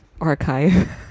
archive